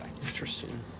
interesting